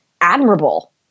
admirable